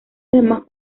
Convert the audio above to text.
demás